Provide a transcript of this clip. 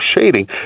shading